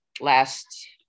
last